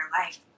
life